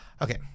Okay